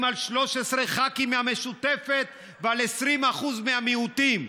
על 13 ח"כים מהמשותפת ועל 20% מהמיעוטים.